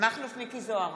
מכלוף מיקי זוהר,